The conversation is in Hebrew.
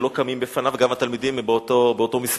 שלא קמים בפניו, גם התלמידים הם באותו מספר.